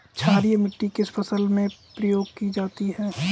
क्षारीय मिट्टी किस फसल में प्रयोग की जाती है?